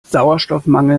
sauerstoffmangel